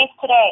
today